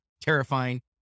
Terrifying